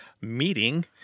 meeting